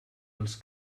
els